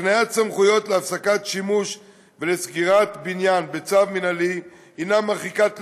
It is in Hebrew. הקניית סמכויות להפסקת שימוש ולסגירת בניין בצו מינהלי היא מרחיקת לכת.